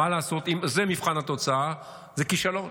מה לעשות, אם זה מבחן התוצאה, זה כישלון,